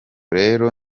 rero